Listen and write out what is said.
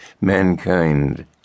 mankind